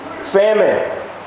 famine